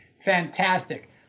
Fantastic